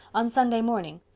on sunday morning.